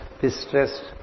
distressed